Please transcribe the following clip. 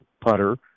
putter